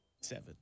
seven